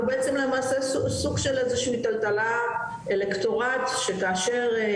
הוא בעצם למעשה סוג של איזושהי טלטלה אלקטורט שכאשר